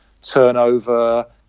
turnover